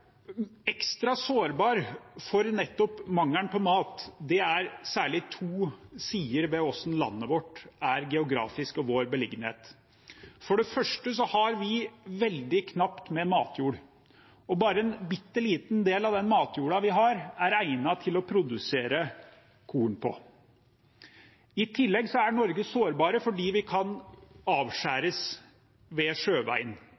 ekstra sårbart for nettopp mangelen på mat, er særlig to sider ved hvordan landet vårt er geografisk, og vår beliggenhet. For det første har vi veldig knapt med matjord, og bare en bitte liten del av den matjorda vi har, er egnet til å produsere korn på. I tillegg er Norge sårbart fordi vi kan avskjæres ved sjøveien.